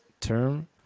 term